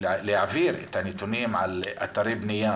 להעביר את הנתונים על אתרי בנייה